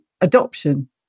adoption